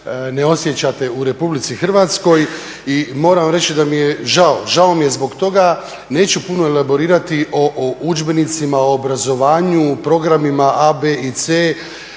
ne osjećate u Republici Hrvatskoj. I moram vam reći da mi je žao, žao mi je zbog toga. Neću puno elaborirati o udžbenicima, o obrazovanju, programima A, B i C,